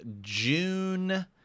June